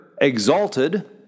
exalted